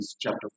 chapter